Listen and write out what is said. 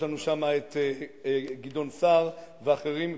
יש לנו שם גדעון סער ואחרים,